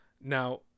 Now